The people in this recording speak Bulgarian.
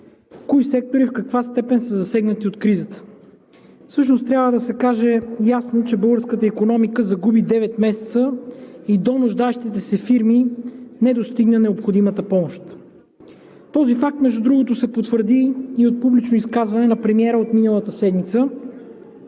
кои сектори в каква степен са засегнати от кризата. Всъщност трябва да се каже ясно, че българската икономика загуби девет месеца и до нуждаещите се фирми не достигна необходимата помощ. Този факт, между другото, се потвърди и от публично изказване на премиера от миналата седмица.